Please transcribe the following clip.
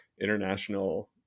international